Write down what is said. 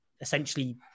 Essentially